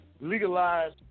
legalize